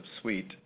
suite